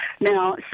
Now